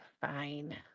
fine